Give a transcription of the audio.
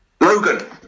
Logan